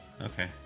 Okay